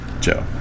Joe